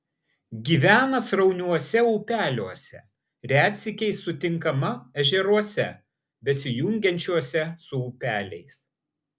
gyvena srauniuose upeliuose retsykiais sutinkama ežeruose besijungiančiuose su upeliais